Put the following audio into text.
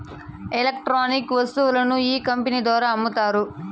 electronic వస్తువులను ఈ company ద్వారా అమ్ముతారు